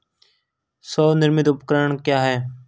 स्वनिर्मित उपकरण क्या है?